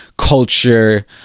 culture